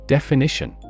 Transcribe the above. Definition